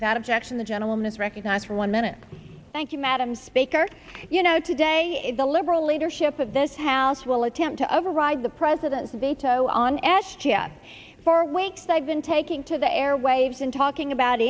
without objection the gentleman is recognized for one minute thank you madam speaker you know today is the liberal leadership of this house will attempt to override the president's veto on s g a for weeks i've been taking to the airwaves and talking about